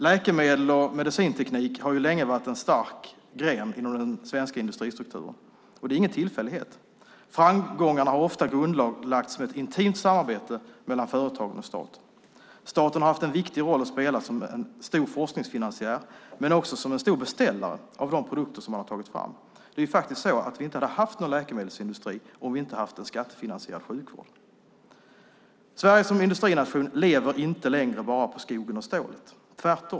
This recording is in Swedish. Läkemedel och medicinteknik har länge varit en stark gren inom den svenska industristrukturen. Det är ingen tillfällighet. Framgångarna har ofta grundlagts genom ett intimt samarbete mellan företagen och staten. Staten har haft en viktig roll att spela som stor forskningsfinansiär, men också som stor beställare av de produkter som man har tagit fram. Det är faktiskt så att vi inte hade haft någon läkemedelsindustri om vi inte haft en skattefinansierad sjukvård. Sverige som industrination lever inte längre bara på skogen och stålet.